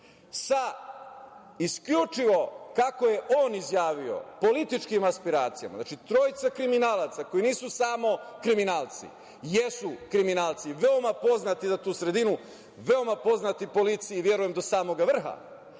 sa isključivo, kako je on izjavio, političkim aspiracijama. Znači, trojica kriminalaca koji nisu samo kriminalci, jesu kriminalci veoma poznati toj sredini, veoma poznati policiji, verujem do samog vrha,